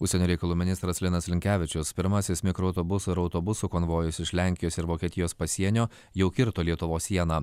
užsienio reikalų ministras linas linkevičius pirmasis mikroautobusų ir autobusų konvojus iš lenkijos ir vokietijos pasienio jau kirto lietuvos sieną